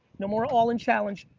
no more all in challenge.